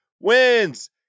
Wins